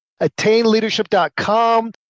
attainleadership.com